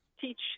teach